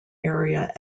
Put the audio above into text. area